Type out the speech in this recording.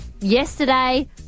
yesterday